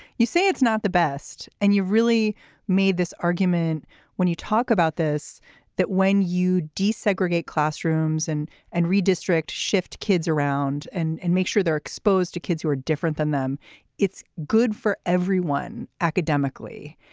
you say it's not the best. and you've really made this argument when you talk about this that when you desegregate classrooms and and redistrict shift kids around and and make sure they're exposed to kids who are different than them it's good for everyone academically.